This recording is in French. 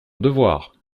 devoir